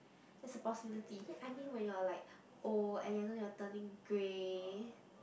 that's a possibility yet I mean when you're like old and you know you're turning grey